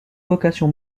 vocation